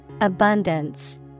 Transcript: Abundance